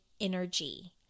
energy